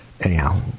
Anyhow